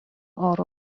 oro